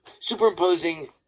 Superimposing